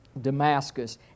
Damascus